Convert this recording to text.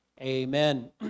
amen